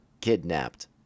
kidnapped